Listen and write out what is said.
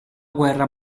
guerra